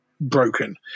broken